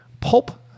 Pulp